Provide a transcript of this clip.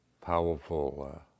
powerful